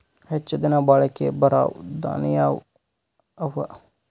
ಹೆಚ್ಚ ದಿನಾ ಬಾಳಿಕೆ ಬರಾವ ದಾಣಿಯಾವ ಅವಾ?